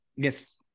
Yes